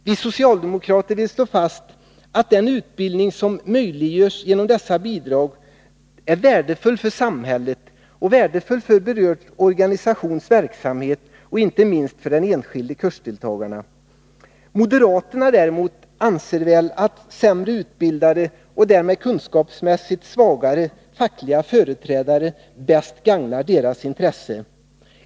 Vi socialdemokrater vill slå fast att den utbildning som möjliggörs genom detta bidrag är värdefull för samhället, för berörd organisations verksamhet och inte minst för den enskilde kursdeltagaren. Moderaterna däremot anser väl att sämre utbildade och kunskapsmässigt svagare fackliga företrädare bäst gagnar deras intressen.